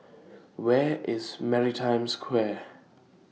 Where IS Maritime Square